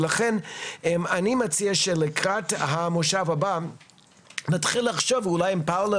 ולכן אני מציע שלקראת המושב הבא נתחיל לחשוב אולי עם פאולה